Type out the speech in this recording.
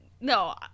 no